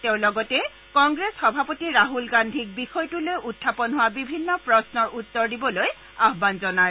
তেওঁ লগতে কংগ্ৰেছ সভাপতি ৰাছল গান্ধীক বিষয়টো লৈ উখাপন হোৱা বিভিন্ন প্ৰশ্নৰ উত্তৰ দিবলৈ আহান জনায়